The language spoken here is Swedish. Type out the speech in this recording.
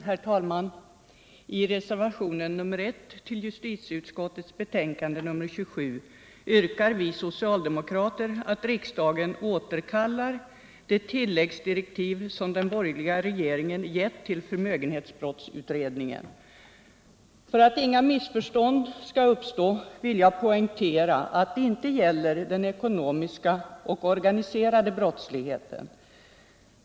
Herr talman! I reservationen nr 1 till justitieutskottets betänkande nr 27 yrkar vi socialdemokrater att riksdagen återkallar de tilläggsdirektiv som den borgerliga regeringen givit till förmögenhetsbrottsutredningen. För att inga missförstånd skall uppstå vill jag poängtera att det inte gäller den organiserade ekonomiska brottsligheten.